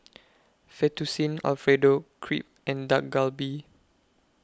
Fettuccine Alfredo Crepe and Dak Galbi